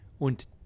und